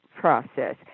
process